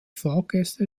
fahrgäste